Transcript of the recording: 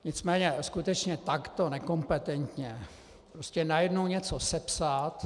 Nicméně skutečně takto nekompetentně najednou něco sepsat...